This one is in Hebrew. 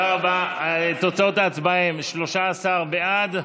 תוצאות ההצבעה הן 13 בעד,